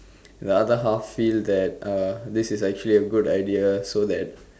the other half feel that this is actually a good idea so that